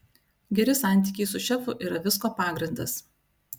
geri santykiai su šefu yra visko pagrindas